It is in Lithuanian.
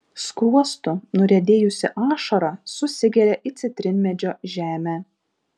skruostu nuriedėjusi ašara susigeria į citrinmedžio žemę